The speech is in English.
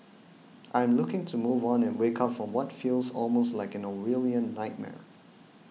I am looking to move on and wake up from what feels almost like an Orwellian nightmare